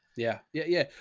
yeah, yeah, yeah.